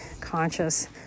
conscious